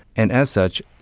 and as such,